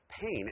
pain